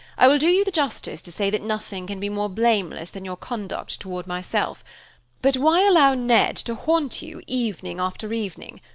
i will do you the justice to say that nothing can be more blameless than your conduct toward myself but why allow ned to haunt you evening after evening?